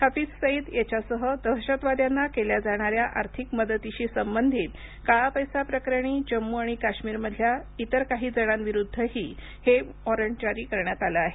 हफीझ सईद याच्यासह दहशतवाद्यांना केल्या जाणाऱ्या आर्थिक मदतीशी संबंधित काळा पैसा प्रकरणी जम्मू आणि काश्मीरमधल्या इतर काही जणांविरुद्धही हे वॉरंट जारी करण्यात आलं आहे